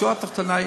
בשורה התחתונה,